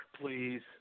please